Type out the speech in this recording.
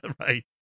Right